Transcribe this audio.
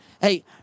Hey